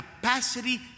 capacity